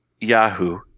Yahoo